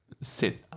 sit